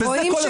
וזה כל הסיפור.